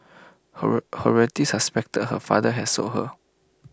her her relatives has suspected her father had sold her